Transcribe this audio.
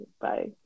Bye